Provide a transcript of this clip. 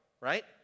right